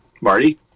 Marty